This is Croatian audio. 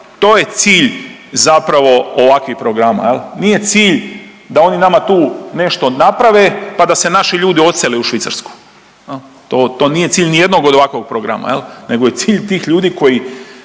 To je cilj zapravo ovakvih programa jel, nije cilj da oni nama tu nešto naprave, pa da se naši ljudi odsele u Švicarsku jel, to, to nije cilj nijednog od ovakvog programa jel, nego je cilj tih ljudi koji